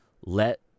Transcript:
let